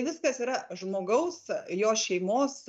viskas yra žmogaus jo šeimos